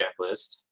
checklist